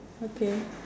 okay